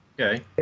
Okay